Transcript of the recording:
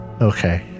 okay